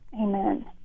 Amen